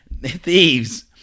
Thieves